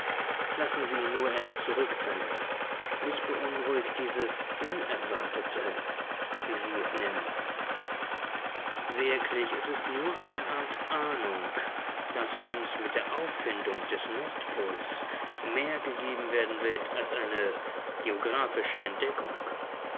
lassen sie ihn nur erst zurück sein mich beunruhigt dieses unerwartete wie sie es nennen wirklich es ist nur eine art ahnung daß uns mit der auffindung des nordpols mehr gegeben werden wird als eine geographische entdeckung